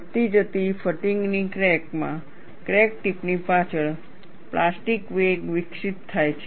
વધતી જતી ફટીગ ની ક્રેક માં ક્રેક ટિપની પાછળ પ્લાસ્ટિક વેક વિકસિત થાય છે